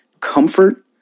comfort